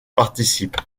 participe